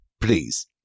please